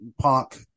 Punk